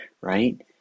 right